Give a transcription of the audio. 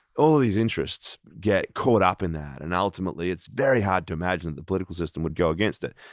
all these interests get caught up in that, and ultimately it's very hard to imagine the political system would go against it.